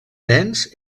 nens